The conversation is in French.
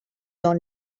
dans